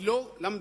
היא לא למדה